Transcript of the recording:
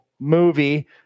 movie